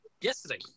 yesterday